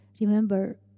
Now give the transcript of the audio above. remember